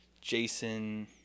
Jason